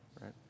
right